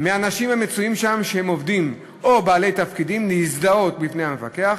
מאנשים המצויים שם שהם עובדים או בעלי תפקידים להזדהות בפני המפקח.